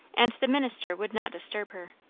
and the minister would not disturb her.